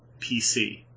PC